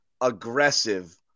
aggressive